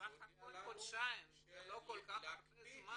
סך הכל חודשיים, זה לא כל כך הרבה זמן.